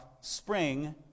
spring